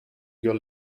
your